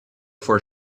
for